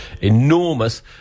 enormous